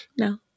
no